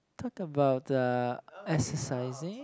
talk about uh exercising